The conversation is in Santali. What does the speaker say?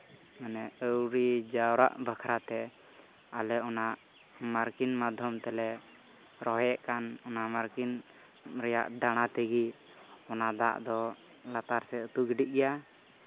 ᱢᱟᱱᱮ ᱟᱹᱣᱨᱤ ᱡᱟᱣᱨᱟᱜ ᱵᱟᱠᱷᱨᱟᱛᱮ ᱟᱞᱮ ᱚᱱᱟ ᱢᱟᱨᱠᱤᱝ ᱢᱟᱫᱫᱷᱚᱢᱛᱮ ᱛᱮᱞᱮ ᱨᱚᱦᱚᱭᱮᱫ ᱠᱟᱱ ᱚᱱᱟ ᱢᱟᱨᱠᱤᱝ ᱨᱮᱭᱟᱜ ᱰᱟᱲᱟ ᱛᱮᱜᱮ ᱚᱱᱟ ᱫᱟᱜ ᱫᱚ ᱞᱟᱛᱟᱨ ᱥᱮᱫ ᱟᱹᱛᱩ ᱜᱤᱰᱤᱜ ᱜᱮᱭᱟ